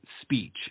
speech